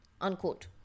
unquote